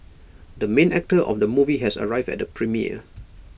the main actor of the movie has arrived at the premiere